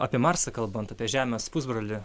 apie marsą kalbant apie žemės pusbrolį